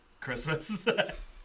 Christmas